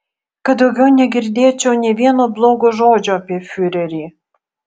kad daugiau negirdėčiau nė vieno blogo žodžio apie fiurerį